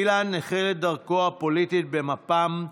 אילן החל את דרכו הפוליטית במפ"ם,